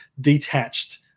detached